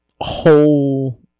whole